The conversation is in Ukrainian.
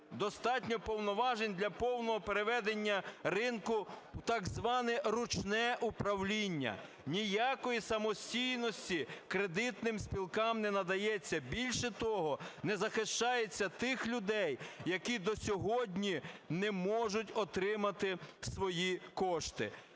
достатньо повноважень для повного переведення ринку в так зване ручне управління. Ніякої самостійності кредитним спілкам не надається. Більше того, не захищається тих людей, які до сьогодні не можуть отримати свої кошти.